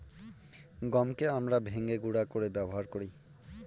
গমকে আমরা ভেঙে গুঁড়া করে ব্যবহার করি